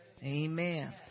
amen